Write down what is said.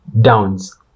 downs